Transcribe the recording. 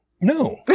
No